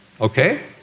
Okay